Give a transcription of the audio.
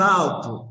alto